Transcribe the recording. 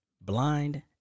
blind